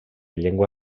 llengua